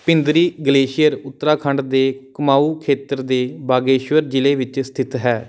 Pindari glacier Uttarakhand ਦੇ ਕਮਾਊਂ ਖੇਤਰ ਦੇ ਬਾਗੇਸ਼ਵਰ ਜ਼ਿਲ੍ਹੇ ਵਿੱਚ ਸਥਿਤ ਹੈ